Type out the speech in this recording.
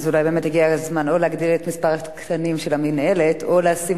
אז אולי באמת הגיע הזמן או להגדיל את מספר התקנים של המינהלת או להשיג